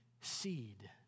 seed